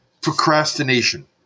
procrastination